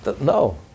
no